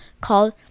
called